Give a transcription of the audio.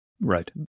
Right